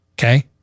Okay